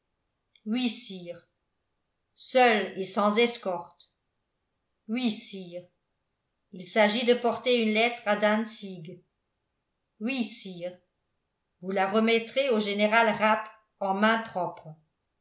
seul et sans escorte oui sire il s'agit de porter une lettre à dantzig oui sire vous la remettrez au général rapp en main propre